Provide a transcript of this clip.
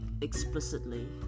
explicitly